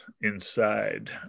inside